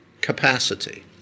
capacity